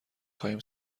خواهیم